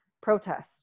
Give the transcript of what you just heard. protest